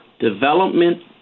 development